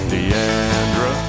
Deandra